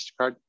Mastercard